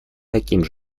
таким